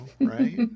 right